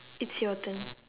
it's your turn